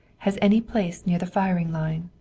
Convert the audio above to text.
has any place near the firing line.